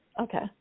Okay